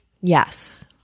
Yes